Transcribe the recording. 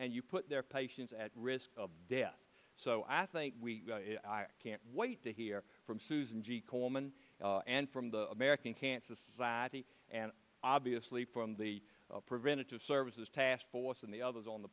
and you put their patients at risk of death so i think we can't wait to hear from susan g komen and from the american cancer society and obviously from the preventative services task force and the others on the